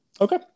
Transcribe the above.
Okay